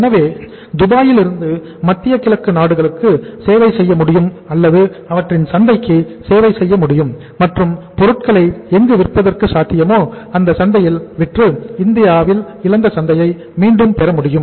எனவே துபாயில் இருந்து மத்திய கிழக்கு நாடுகளுக்கு சேவை செய்ய முடியும் அல்லது அவற்றின் சந்தைக்கு சேவை செய்ய முடியும் மற்றும் பொருட்களை எங்கு விற்பதற்கு சாத்தியமோ அந்த சந்தைகளில் விற்று இந்தியாவில் இழந்த சந்தையை மீண்டும் பெற முடியும்